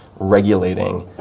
regulating